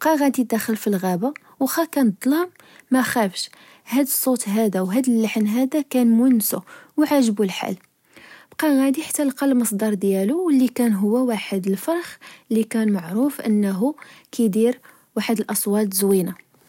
بقا غادي داخل في الغابة وخا كان الظلام مخافش، هاد الصوت هدا، وهاد اللحن هدا كان مونسو و عاجبو الحال ، بقا غادي حتى لقا المصدر ديالو واللي كان هو واحد الفرخ لكان معروف أنه كدير واحد الأصوات زوينة